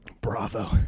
Bravo